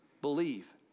believe